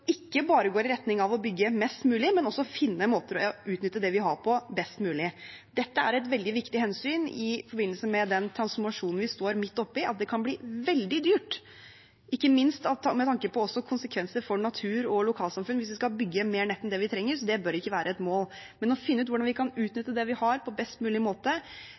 ikke bare går i retning av å bygge mest mulig, men også finne måter å utnytte det vi har, best mulig. Dette er et veldig viktig hensyn i forbindelse med den transformasjonen vi står midt oppi. Det kan bli veldig dyrt, ikke minst også med tanke på konsekvenser for natur og lokalsamfunn, hvis vi skal bygge mer nett enn det vi trenger, så det bør ikke være et mål. Men å finne ut hvordan vi kan utnytte det vi har, på best mulig måte,